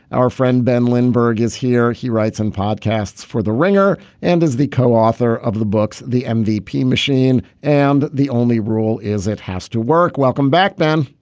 our friend ben lindbergh is here. he writes and podcasts for the ringer and is the co-author of the books the mvp machine and the only rule is it has to work. welcome back ben.